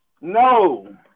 No